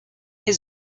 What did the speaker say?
his